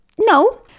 no